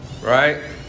Right